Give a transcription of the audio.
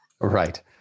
Right